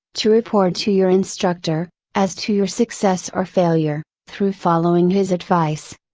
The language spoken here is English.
to report to your instructor, as to your success or failure, through following his advice.